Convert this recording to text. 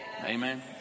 Amen